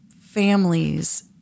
families